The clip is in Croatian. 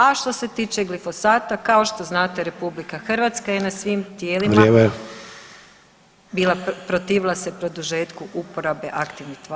A što se tiče glifosata kao što znate RH je na svim tijelima [[Upadica: Vrijeme.]] bila protivila se produžetku uporabe aktivnih tvari